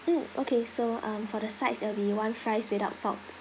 mm okay so um for the sides it'll be one fries without salt